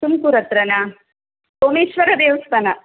ತುಮ್ಕೂರು ಹತ್ರನ ಸೋಮೇಶ್ವರ ದೇವಸ್ಥಾನ